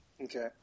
Okay